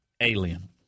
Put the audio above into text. alien